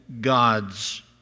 gods